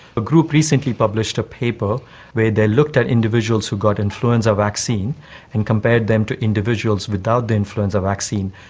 a group recently published a paper where they looked at individuals who got influenza vaccine and compared them to individuals without the influenza vaccine,